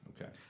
okay